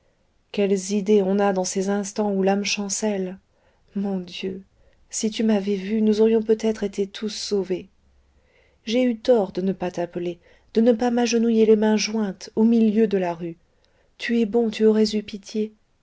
quelles idées on a dans ces instants où l'âme chancelle mon dieu si tu m'avais vue nous aurions peut-être été tous sauvés j'ai eu tort de ne pas t'appeler de ne pas m'agenouiller les mains jointes au milieu de la rue tu es bon tu